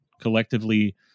collectively